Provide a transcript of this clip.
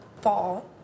fall